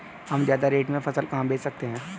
हम ज्यादा रेट में फसल कहाँ बेच सकते हैं?